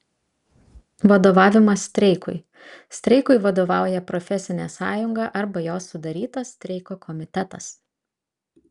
vadovavimas streikui streikui vadovauja profesinė sąjunga arba jos sudarytas streiko komitetas